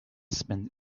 spent